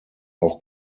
auch